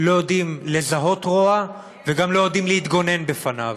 לא יודעים לזהות רוע וגם לא יודעים להתגונן מפניו.